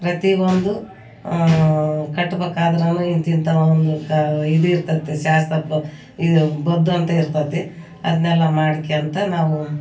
ಪ್ರತಿ ಒಂದು ಕಟ್ಬೇಕಾದ್ರನೆ ಇಂಥಿಂಥ ಒಂದು ಕ ಇದು ಇರ್ತದೆ ಶಾಸ್ತಪ್ ಇದು ಬುದ್ದ್ ಅಂತ ಇರ್ತದೆ ಅದನ್ನೆಲ್ಲ ಮಾಡ್ಕ್ಯಂತ ನಾವು